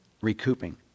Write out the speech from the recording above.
recouping